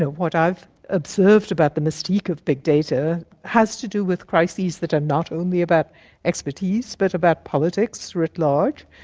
what i've observed about the mystique of big data has to do with crises that are not only about expertise but about politics writ large.